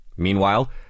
Meanwhile